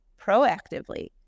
proactively